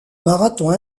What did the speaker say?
marathon